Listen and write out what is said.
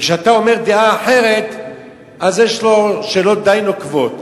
וכשאתה אומר דעה אחרת יש לו שאלות די נוקבות.